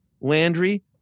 Landry